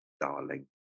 darling